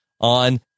on